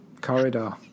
corridor